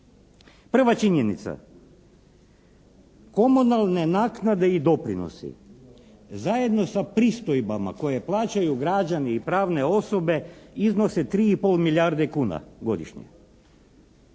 Prva činjenica. Komunalne naknade i doprinosi zajedno sa pristojbama koje plaćaju građani i pravne osobe iznose 3 i pol milijarde kuna godišnje,